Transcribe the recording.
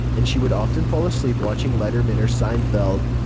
and she would often fall asleep watching letterman or seinfeld.